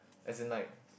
as in like